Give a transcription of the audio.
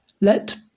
Let